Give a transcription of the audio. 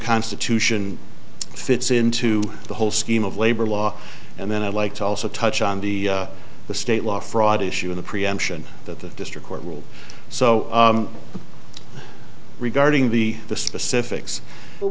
constitution fits into the whole scheme of labor law and then i'd like to also touch on the the state law fraud issue in the preemption that the district court ruled so regarding the the specifics